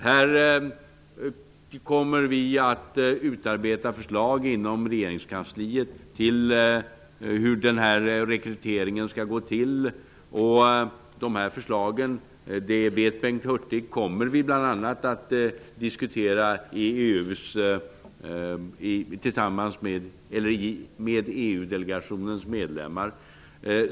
Vi kommer att utarbeta förslag inom regeringskansliet till hur rekryteringen skall gå till. Det förslaget, det vet Bengt Hurtig, kommer vi bl.a. att diskutera med EU delegationens medlemmar.